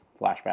flashback